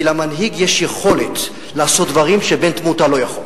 כי למנהיג יש יכולת לעשות דברים שבן-תמותה לא יכול.